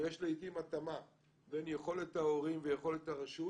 ויש לעתים התאמה בין יכולת ההורים ויכולת הרשות